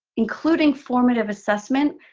including formative assessment.